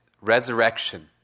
resurrection